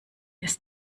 ist